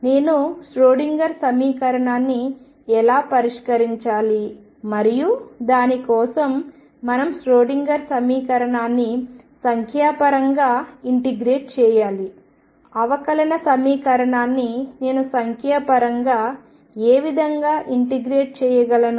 నేను ష్రోడింగర్ సమీకరణాన్ని ఎలా పరిష్కరించాలి మరియు దాని కోసం మనం ష్రోడింగర్ సమీకరణాన్ని సంఖ్యాపరంగా ఇంటిగ్రేట్ చేయాలి అవకలన సమీకరణాన్ని నేను సంఖ్యాపరంగా ఏ విధంగా ఇంటిగ్రేట్ చేయగలను